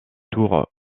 tours